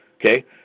Okay